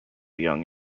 young